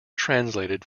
translated